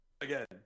Again